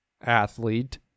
athlete